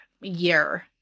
year